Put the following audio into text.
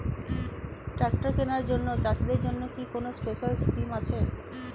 Tractor কেনার জন্য চাষিদের জন্য কি কোনো স্পেশাল স্কিম আছে?